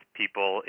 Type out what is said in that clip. people